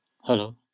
hello